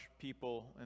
people